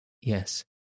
Yes